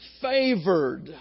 favored